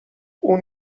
اون